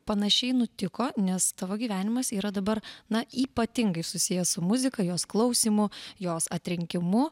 panašiai nutiko nes tavo gyvenimas yra dabar na ypatingai susijęs su muzika jos klausymu jos atrinkimu